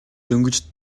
дөнгөж